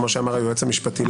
כמו שאמר היועץ המשפטי לוועדה.